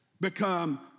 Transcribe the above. become